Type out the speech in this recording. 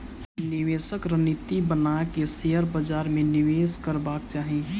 निवेशक रणनीति बना के शेयर बाजार में निवेश करबाक चाही